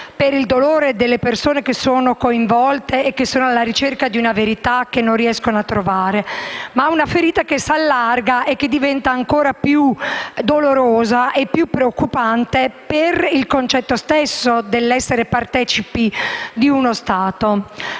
per il dolore delle persone coinvolte e che sono alla ricerca di una verità che non riescono a trovare; si tratta di una ferita che si allarga e diventa ancora più dolorosa e preoccupante per il concetto stesso di essere partecipi di uno Stato.